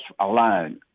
alone